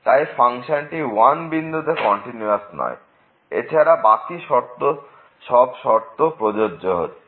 তাই ফাংশনটি 1 বিন্দুতে কন্টিনিউয়াস নয় এবং এছাড়া বাকি সব শর্ত প্রযোজ্য হচ্ছে